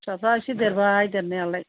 फिसाफ्रा एसे देरबाय देरनायालाय